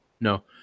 No